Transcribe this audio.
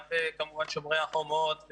כמובן גם בשומרי החומות,